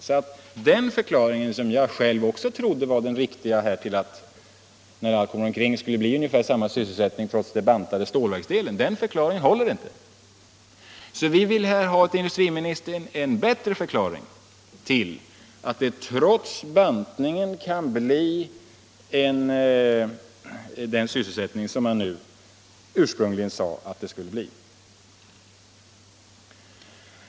Så den förklaringen, som jag själv också trodde var den riktiga, att det när allt kommer omkring skulle bli samma sysselsättning trots den bantade stålverksdelen, håller inte. Därför vill vi, herr industriminister, ha en bättre förklaring till att det trots bantningen kan bli den sysselsättning som man ursprungligen sade att det skulle bli.